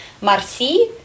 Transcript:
Marcy